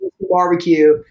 barbecue